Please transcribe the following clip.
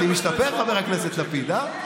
אני משתפר, חבר הכנסת לפיד, אה?